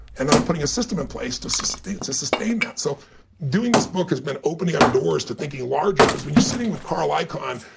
and then i'm putting a system in place to sustain to sustain that. so doing this book has been opening up doors to thinking larger. because when you're sitting with carl icahn,